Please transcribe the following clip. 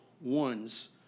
ones